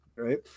right